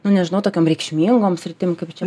nu nežinau tokiom reikšmingom sritim kaip čia